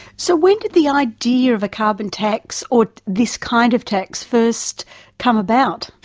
so when did the idea of a carbon tax, or this kind of tax, first come about?